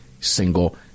single